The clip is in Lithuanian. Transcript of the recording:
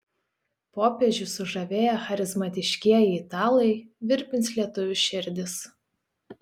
popiežių sužavėję charizmatiškieji italai virpins lietuvių širdis